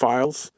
Files